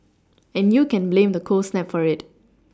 and you can blame the cold snap for it